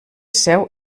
seu